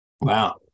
Wow